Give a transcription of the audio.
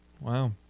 Wow